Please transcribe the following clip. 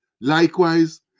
Likewise